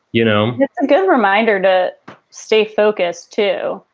you know, it's a good reminder to stay focused, too,